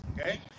okay